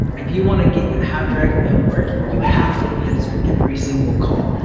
if you want to get how direct-mail work, you have to answer every single call.